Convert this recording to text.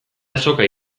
azoka